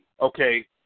okay